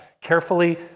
carefully